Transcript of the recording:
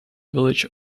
village